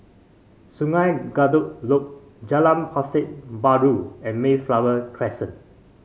Sungei Kadut Loop Jalan Pasar Baru and Mayflower Crescent